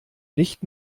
nicht